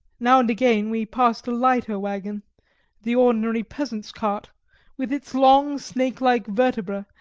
now and again we passed a leiter-wagon the ordinary peasant's cart with its long, snake-like vertebra,